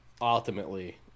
ultimately